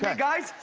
guys,